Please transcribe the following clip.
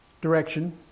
direction